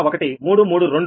0 0